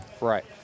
Right